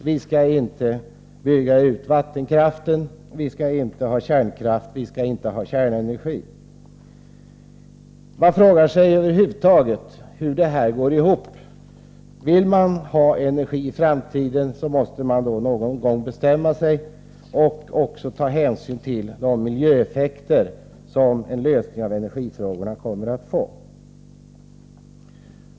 Vi skall inte bygga ut vattenkraften, inte ha kärnkraft och inte kärnenergi. Man frågar sig hur detta över huvud taget går ihop. Vill man ha energi i framtiden måste man någon gång bestämma sig och också ta hänsyn till de miljöeffekter som en lösning av energifrågorna kommer att få.